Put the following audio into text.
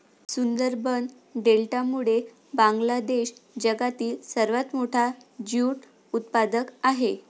सुंदरबन डेल्टामुळे बांगलादेश जगातील सर्वात मोठा ज्यूट उत्पादक आहे